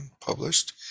published